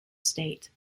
state